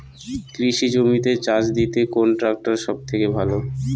কৃষি জমিতে চাষ দিতে কোন ট্রাক্টর সবথেকে ভালো?